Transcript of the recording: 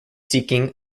seeking